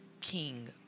King